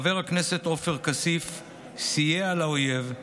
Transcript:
חבר הכנסת עופר כסיף סייע לאויב,